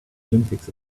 olympics